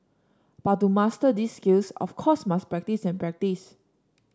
but to master these skills of course must practise and practise